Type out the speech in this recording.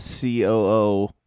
COO